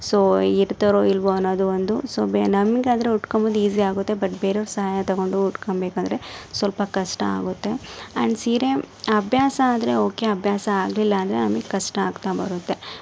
so ಇರ್ತಾರೊ ಇಲ್ವೋ ಅನ್ನೋದು ಒಂದು ಸೊ ಬೆ ನಮಗೆ ಆದರೆ ಉಟ್ಕೊಂಬೋದು ಈಸಿ ಆಗುತ್ತೆ ಬಟ್ ಬೇರೆಯವ್ರ ಸಹಾಯ ತಗೊಂಡು ಉಟ್ಕೊಂಬೇಕಂದ್ರೆ ಸ್ವಲ್ಪ ಕಷ್ಟ ಆಗುತ್ತೆ ಆ್ಯಂಡ್ ಸೀರೆ ಅಭ್ಯಾಸ ಆದರೆ ಓಕೆ ಅಭ್ಯಾಸ ಆಗಲಿಲ್ಲಾಂದ್ರೆ ನಮಗ್ ಕಷ್ಟ ಆಗ್ತಾ ಬರುತ್ತೆ